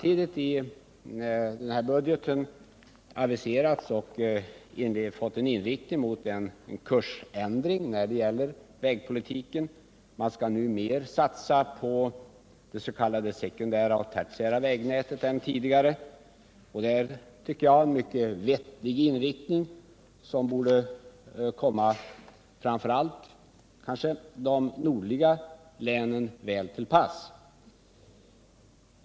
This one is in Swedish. I denna budget aviseras en kursändring när det gäller vägpolitiken. Man skall nu satsa mer än tidigare på de s.k. sekundära och tertiära vägnäten. Det är en mycket vettig inriktning, som borde komma framför allt de nordliga länen väl till pass.